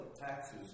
taxes